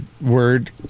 word